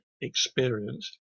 experience